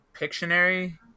pictionary